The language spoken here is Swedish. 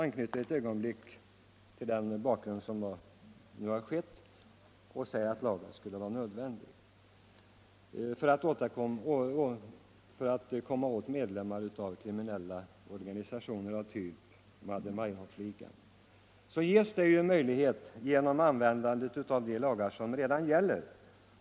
Nr 78 Med anknytning till den aktuella bakgrunden säger man att lagen skulle Tisdagen den vara nödvändig för att komma åt medlemmar av kriminella organisationer 13 maj 1975 av typ Baader-Meinhof-ligan. Det ges ju en möjlighet genom användande. av de lagar som redan gäller.